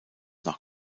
nach